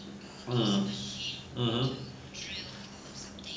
um mmhmm